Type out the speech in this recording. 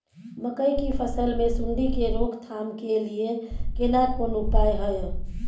मकई की फसल मे सुंडी के रोक थाम के लिये केना कोन उपाय हय?